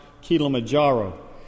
Kilimanjaro